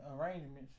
arrangements